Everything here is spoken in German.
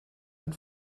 ein